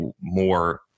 more